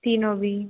तीनों भी